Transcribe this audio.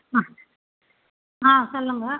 ஆ ஆ சொல்லுங்க